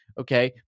okay